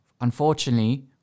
Unfortunately